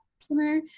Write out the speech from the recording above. customer